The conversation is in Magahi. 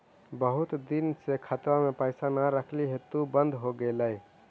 बहुत दिन से खतबा में पैसा न रखली हेतू बन्द हो गेलैय?